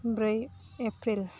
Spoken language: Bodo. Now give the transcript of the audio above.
ब्रै एप्रिल